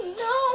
no